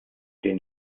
den